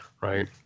right